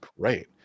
great